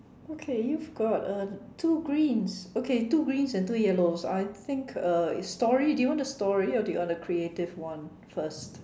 okay you've got uh two greens okay two greens and two yellows I think uh it's story do you want the story or do you want the creative one first